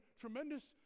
tremendous